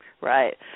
Right